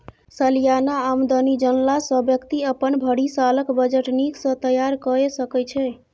सलियाना आमदनी जनला सँ बेकती अपन भरि सालक बजट नीक सँ तैयार कए सकै छै